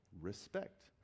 respect